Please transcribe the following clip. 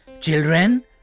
Children